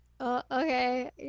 okay